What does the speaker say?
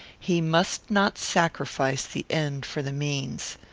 he must not sacrifice the end for the means.